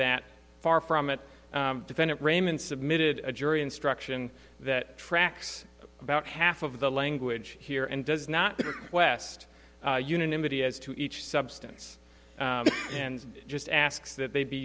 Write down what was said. that far from it defendant raymond submitted a jury instruction that tracks about half of the language here and does not west unanimity as to each substance and just asks that they be